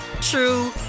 true